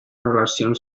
relacions